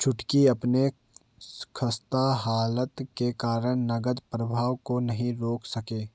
छुटकी अपनी खस्ता हालत के कारण नगद प्रवाह को नहीं रोक सके